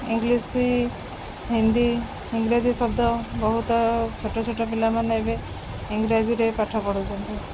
English Hindi ଇଂରାଜୀ ଶବ୍ଦ ବହୁତ ଛୋଟ ଛୋଟ ପିଲାମାନେ ଏବେ ଇଂରାଜୀରେ ପାଠ ପଢ଼ୁଛନ୍ତି